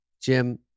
Jim